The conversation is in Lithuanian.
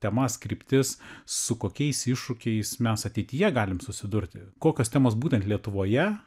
temas kryptis su kokiais iššūkiais mes ateityje galim susidurti kokios temos būtent lietuvoje